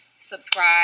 Subscribe